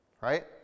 right